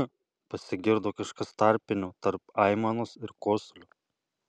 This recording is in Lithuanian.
ch pasigirdo kažkas tarpinio tarp aimanos ir kosulio